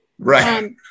Right